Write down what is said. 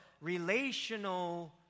relational